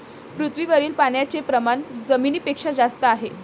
पृथ्वीवरील पाण्याचे प्रमाण जमिनीपेक्षा जास्त आहे